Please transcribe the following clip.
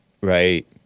right